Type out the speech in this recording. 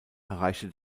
erreichte